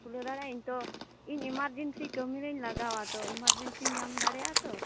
ᱠᱷᱩᱞᱟᱹᱣ ᱫᱟᱲᱮᱭᱟᱜᱟᱹᱧ ᱛᱚ ᱤᱧ ᱮᱢᱟᱨᱡᱮᱱᱥᱤ ᱠᱟᱹᱢᱤᱨᱮᱧ ᱞᱟᱜᱟᱣᱟ ᱛᱚ ᱮᱢᱟᱨᱡᱮᱱᱥᱤᱧ ᱧᱟᱢ ᱫᱟᱲᱮᱭᱟᱜᱼᱟ ᱛᱚ